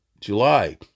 July